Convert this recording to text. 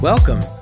Welcome